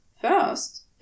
First